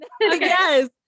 Yes